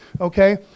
okay